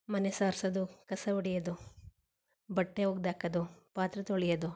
ಮನೆ ಸಾರ್ಸೋದು ಕಸ ಹೊಡ್ಯೋದು ಬಟ್ಟೆ ಒಗ್ದಾಕೋದು ಪಾತ್ರೆ ತೊಳ್ಯೋದು